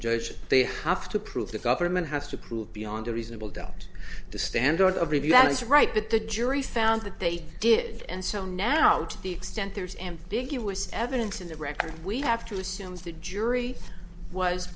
judge they have to prove the government has to prove beyond a reasonable doubt the standard of review that is right that the jury found that they did and so now to the extent there is ambiguous evidence in the record we have to assume that the jury was